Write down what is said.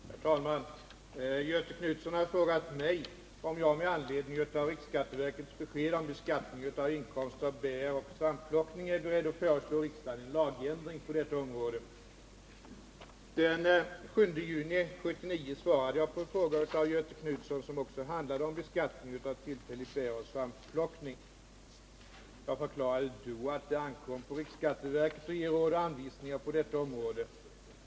Herr talman! Göthe Knutson har frågat mig om jag med anledning av riksskatteverkets besked om beskattning av inkomst av bäroch svampplockning är beredd att föreslå riksdagen en lagändring på detta område. Den 7 juni 1979 svarade jag på en fråga av Göthe Knutson som också handlade om beskattning av tillfällig bäroch svampplockning. Jag förklarade då att det ankom på riksskatteverket att ge råd och anvisningar på detta område.